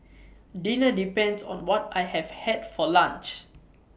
dinner depends on what I have had for lunch